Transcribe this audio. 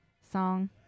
song